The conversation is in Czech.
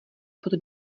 pod